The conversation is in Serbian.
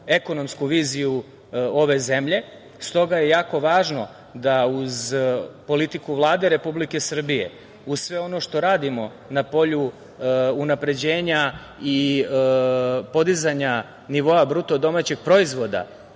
ekonomsku viziju ove zemlje. S toga je jako važno da uz politiku Vlade Republike Srbije, uz sve ono što radimo na polju unapređenja i podizanja nivoa BDP na nivou